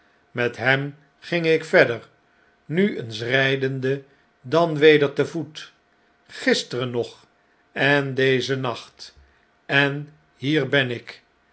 met hem ging ik verder nu eens rn'dende dan weder te voet gisteren nog en dezen nacht en hier ben ik